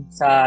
sa